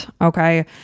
Okay